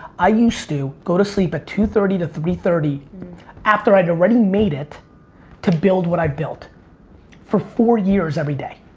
i used to go to sleep at two thirty to three thirty after i'd already made it to build what i've built for four years everyday.